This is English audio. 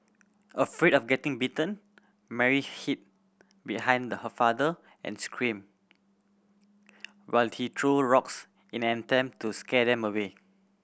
afraid of getting bitten Mary hid behind her father and screamed while he threw rocks in an attempt to scare them away